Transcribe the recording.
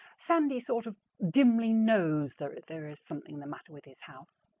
sandy sort of dimly knows that there is something the matter with his house,